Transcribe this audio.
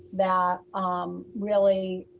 that um really,